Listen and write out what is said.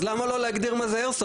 אז למה לא להגדיר מה זה איירסופט?